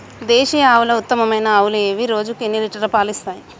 దేశీయ ఆవుల ఉత్తమమైన ఆవులు ఏవి? రోజుకు ఎన్ని లీటర్ల పాలు ఇస్తాయి?